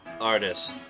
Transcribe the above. Artist